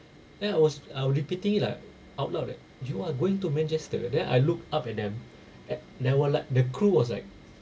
then I was I was repeating it lah out loud right you are going to manchester then I look up at them at there were like the crew was like